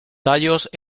tallos